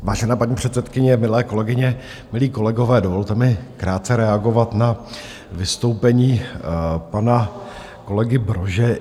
Vážená paní předsedkyně, milé kolegyně, milí kolegové, dovolte mi krátce reagovat na vystoupení pana kolegy Brože.